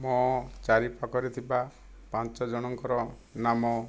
ମୋ' ଚାରିପାଖରେ ଥିବା ପାଞ୍ଚଜଣଙ୍କର ନାମ